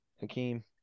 Hakeem